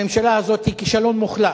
הממשלה הזאת היא כישלון מוחלט.